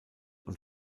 und